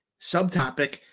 subtopic